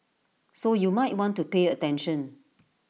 so you might want to pay attention